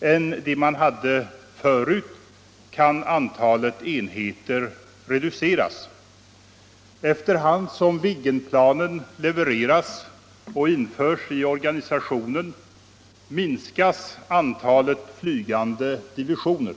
än de vi hade förut, så kan antalet enheter reduceras. Efter hand som Viggenplanen levereras och införs i organisationen minskas antalet flygande divisioner.